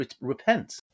repent